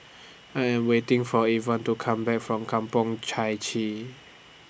I Am waiting For Yvonne to Come Back from Kampong Chai Chee